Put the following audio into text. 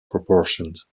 proportions